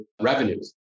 revenues